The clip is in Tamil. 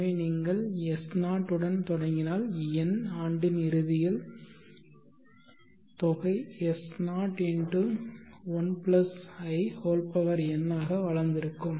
எனவே நீங்கள் S0 உடன் தொடங்கினால் n ஆண்டின் இறுதியில் தொகை S0 × 1 i n ஆக வளர்ந்திருக்கும்